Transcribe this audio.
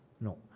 No